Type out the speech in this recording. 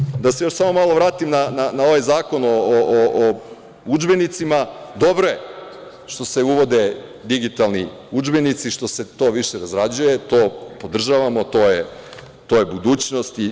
Generalno, da se još samo malo vratim na ovaj Zakon o udžbenicima, dobro je što se uvode digitalni udžbenici, što se to više razrađuje, to podržavamo i to je budućnost.